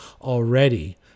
already